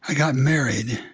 ah got married.